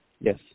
Yes